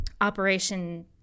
Operation